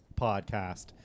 podcast